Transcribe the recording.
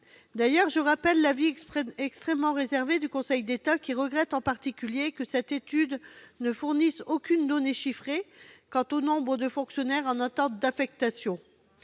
D'ailleurs, je rappelle l'avis extrêmement réservé du Conseil d'État, qui « regrette en particulier que cette étude ne fournisse aucune donnée chiffrée quant au nombre de fonctionnaires en attente d'affectation